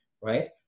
right